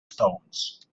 stones